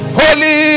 holy